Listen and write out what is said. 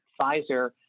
Pfizer